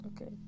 Okay